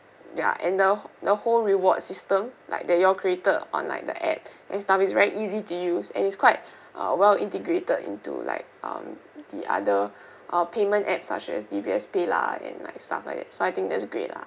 ya and the wh~ the whole reward system like that you all created on like the app and stuff is very easy to use and is quite ah well integrated into like um the other uh payment app such as D_B_S paylah and like stuff like that so I think that's great lah